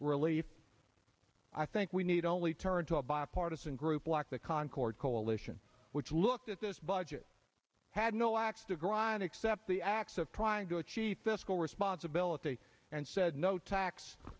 relief i think we need only turn to a bipartisan group like the concord coalition which looked at this budget had no axe to grind except the acts of trying to achieve this goal responsibility and said no tax